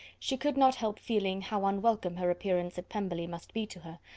she could not help feeling how unwelcome her appearance at pemberley must be to her,